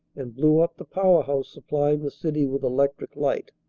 and blew-up the power house supplying the city with electric light.